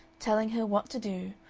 telling her what to do,